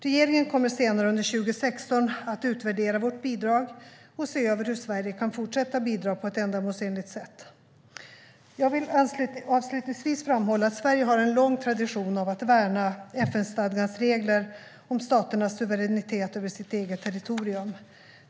Regeringen kommer senare under 2016 att utvärdera vårt bidrag och se över hur Sverige kan fortsätta att bidra på ett ändamålsenligt sätt. Jag vill avslutningsvis framhålla att Sverige har en lång tradition av att värna FN-stadgans regler om staternas suveränitet över sitt eget territorium.